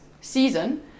season